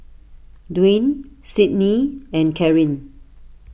Dwayne Cydney and Caryn